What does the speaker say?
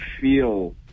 feel